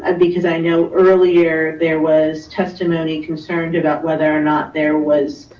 and because i know earlier there was testimony concerned about whether or not there was,